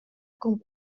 com